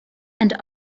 and